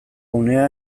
unea